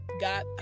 God